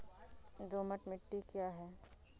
दोमट मिट्टी क्या है?